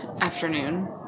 afternoon